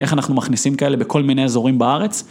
איך אנחנו מכניסים כאלה בכל מיני אזורים בארץ?